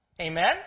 Amen